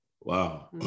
wow